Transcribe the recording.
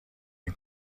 این